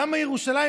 למה ירושלים,